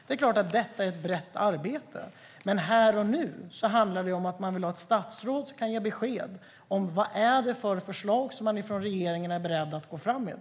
Det är klart att detta är ett brett arbete, men här och nu handlar det om att ha ett statsråd som kan ge besked om vilka förslag som man från regeringen är beredd att gå fram med.